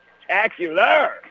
spectacular